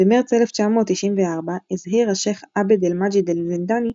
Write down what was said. במרץ 1994 הזהיר השייח' עבד-אל-מג'יד אל-זינדאני,